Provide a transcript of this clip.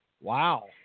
Wow